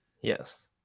yes